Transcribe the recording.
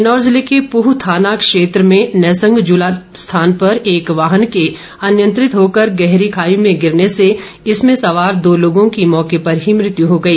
किन्नौर जिले के पुह थाना क्षेत्र में नैसंग जला स्थान पर एक वाहन के अनियंत्रित होकर गहरी खाई गिरने से इसमें सवार दो लोगों की मौर्क पर ही मृत्यू हो गई